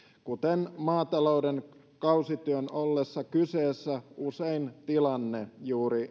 kuten maatalouden kausityön ollessa kyseessä usein tilanne juuri